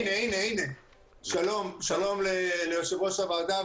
שלום ליושב-ראש הוועדה,